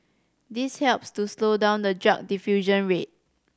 this helps to slow down the drug diffusion rate